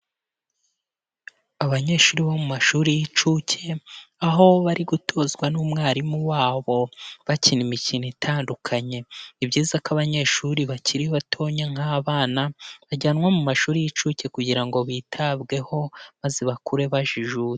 Abanyeshuri bo mu mashuri y'incuke aho bari gutozwa n'umwarimu wa bo bakina imikino itandukanye, ni ibyiza ko abanyeshuri bakiri batonya nk'abana bajyanwa mu mashuri y'incuke kugira ngo bitabweho maze bakure bajiju.